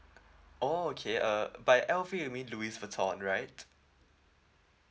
okay uh by L_V you mean louis vuitton right